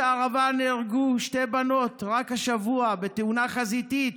בכביש הערבה נהרגו שתי בנות רק השבוע בתאונה חזיתית,